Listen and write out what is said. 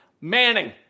Manning